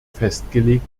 festgelegt